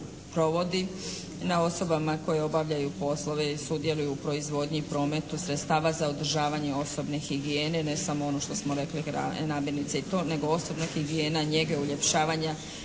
na osobama koje obavljaju poslove i sudjeluju u proizvodnji i prometu sredstava za održavanje osobne higijene, ne samo ono što smo rekli namirnice i to, nego osobna higijena, njega uljepšavanja